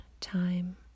time